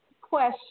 question